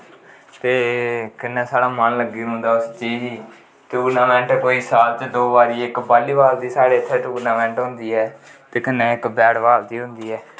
ते कन्नै साढ़ा मन लग्गी रौंह्दा उस चीज़ गी टूर्नामैंट कोई साल च दो बारी इक बाल्ली बाल दी साढ़े इत्थें टूर्नामैंट होंदी ऐ ते कन्नै इक बैट बॉल दी होंदी ऐ